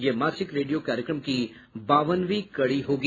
यह मासिक रेडियो कार्यक्रम की बावनवीं कड़ी होगी